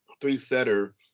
three-setter